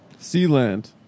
Sealand